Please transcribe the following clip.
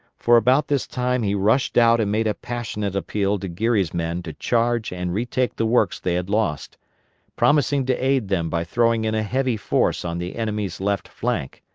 for about this time he rushed out and made a passionate appeal to geary's men to charge and retake the works they had lost promising to aid them by throwing in a heavy force on the enemy's left flank.